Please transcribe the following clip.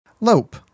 Lope